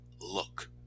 Look